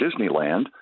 Disneyland